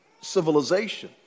civilization